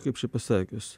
kaip čia pasakius